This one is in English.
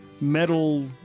metal